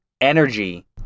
energy